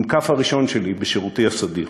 המ"כ הראשון שלי בשירותי הסדיר.